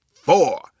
four